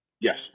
Yes